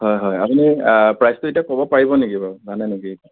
হয় হয় আপুনি প্ৰাইছটো এতিয়া ক'ব পাৰিব নেকি বাৰু জানে নেকি